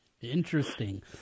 Interesting